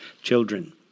children